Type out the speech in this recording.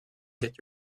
get